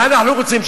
מה אנחנו רוצים,